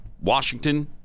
Washington